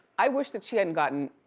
i wish that she hadn't gotten,